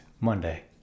Monday